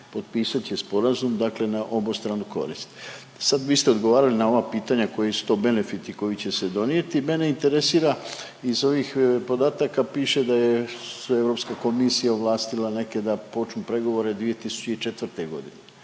potpisat će sporazum na obostranu korist. Sad vi ste odgovarali na ova pitanja koji su to benefiti koji će se donijeti, mene interesira iz ovih podataka piše da je Europska komisija ovlastila neke da počnu pregovore 2004.g.,